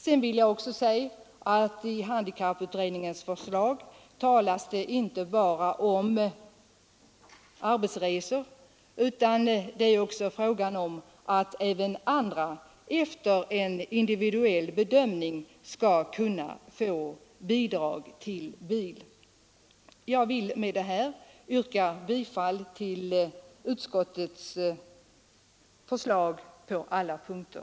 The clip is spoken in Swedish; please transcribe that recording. Jag vill tillägga att i handikapputredningens förslag talas det inte bara om arbetsresor, utan man skall även i andra fall efter individuell bedömning kunna få bidrag till bil. Med dessa ord ber jag att få yrka bifall till utskottets hemställan på alla punkter.